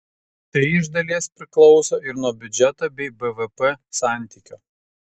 tai iš dalies priklauso ir nuo biudžeto bei bvp santykio